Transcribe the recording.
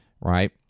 Right